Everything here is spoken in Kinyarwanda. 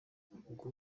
ubwo